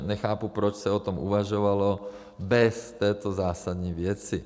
Nechápu, proč se o tom uvažovalo bez této zásadní věci.